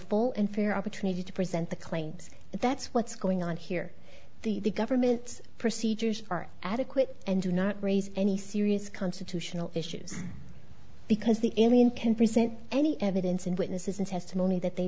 full and fair opportunity to present the claims that's what's going on here the government's procedures are adequate and do not raise any serious constitutional issues because the anyone can present any evidence and witnesses and testimony that they